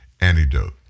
Antidote